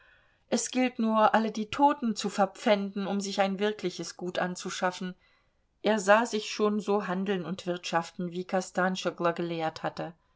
es gilt nur alle die toten zu verpfänden um sich ein wirkliches gut anzuschaffen er sah sich schon so handeln und wirtschaften wie kostanschoglo gelehrt hatte